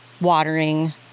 watering